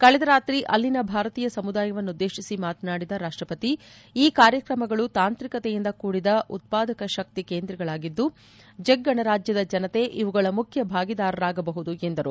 ಕಳೆದ ರಾತ್ರಿ ಅಲ್ಲಿನ ಭಾರತೀಯ ಸಮುದಾಯವನ್ನುದ್ದೇಶಿಸಿ ಮಾತನಾಡಿದ ರಾಷ್ಟ ಪತಿ ಈ ಕಾರ್ಯಕ್ರಮಗಳು ತಾಂತ್ರಿಕತೆಯಿಂದ ಕೂಡಿದ ಉದ್ವಾದಕ ಶಕ್ತಿ ಕೇಂದ್ರಗಳಾಗಿದ್ದು ಚೆಕ್ ಗಣರಾಜ್ಯದ ಜನತೆ ಇವುಗಳ ಮುಖ್ಯ ಭಾಗಿದಾರರಾಗ ಬಹುದು ಎಂದರು